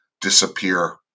disappear